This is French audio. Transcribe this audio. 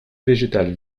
végétales